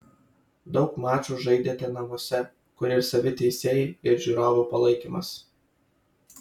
daug mačų žaidėte namuose kur ir savi teisėjai ir žiūrovų palaikymas